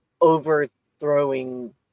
overthrowing